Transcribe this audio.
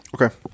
okay